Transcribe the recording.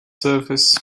surface